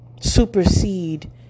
supersede